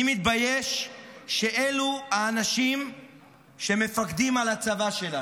אני מתבייש שאלו האנשים שמפקדים על הצבא שלנו.